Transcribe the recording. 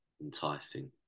enticing